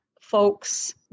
folks